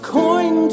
coin